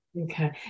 Okay